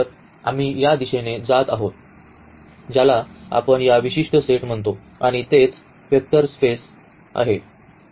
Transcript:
तर आम्ही या दिशेने जात आहोत ज्याला आपण या विशिष्ट सेट म्हणतो आणि तेच वेक्टर स्पेसेस आहे